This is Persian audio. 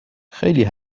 خیلی